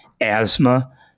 asthma